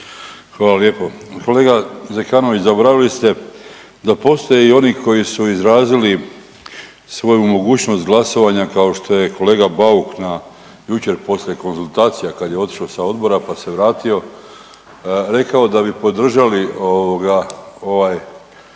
Hvala lijepo. Kolega Zekanović, zaboravili ste da postoje i oni koji su izrazili svoju mogućnost glasovanja kao što je kolega Bauk na, jučer poslije konzultacija kad je otišao sa odbora, pa se vratio rekao da bi podržali ovoga